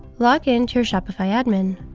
log in to your shopify admin.